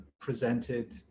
presented